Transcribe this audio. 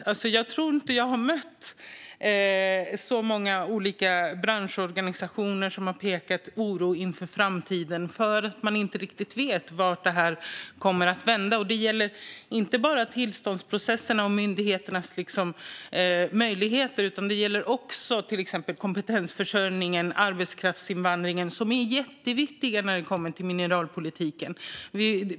Jag tror inte att jag tidigare har mött så många olika branschorganisationer som har pekat på en oro inför framtiden för att de inte riktigt vet när detta kommer att vända. Det gäller inte bara tillståndsprocesserna och myndigheternas möjligheter, utan det gäller också till exempel kompetensförsörjningen och arbetskraftsinvandringen som är jätteviktiga när det kommer till mineralpolitiken.